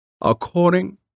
according